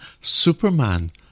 Superman